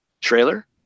trailer